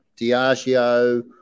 Diageo